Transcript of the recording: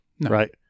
Right